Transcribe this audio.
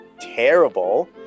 terrible